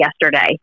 yesterday